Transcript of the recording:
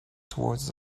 towards